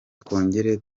twongere